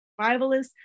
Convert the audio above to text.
survivalist